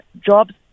jobs